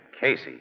Casey